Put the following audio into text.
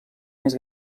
més